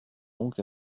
donc